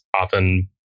often